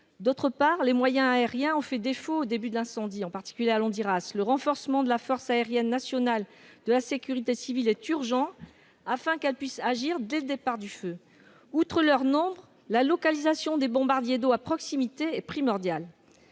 plus est, les moyens aériens ont fait défaut au début de l'incendie, en particulier à Landiras : le renforcement de la force aérienne nationale de la sécurité civile est urgent, afin que cette dernière puisse agir dès le départ du feu. Outre leur nombre, la localisation des bombardiers d'eau à proximité est primordiale.